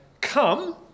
come